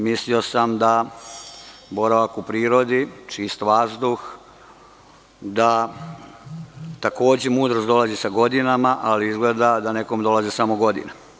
Mislio sam da boravak u prirodi, čist vazduh, da takođe mudrost dolazi sa godinama, ali izgleda da nekom dolaze samo godine.